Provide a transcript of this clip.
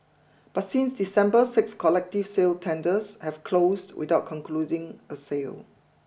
but since December six collective sale tenders have closed without a sale